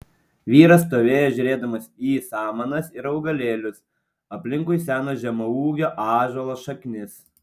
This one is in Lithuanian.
vyras stovėjo žiūrėdamas į samanas ir augalėlius aplinkui seno žemaūgio ąžuolo šaknis